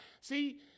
See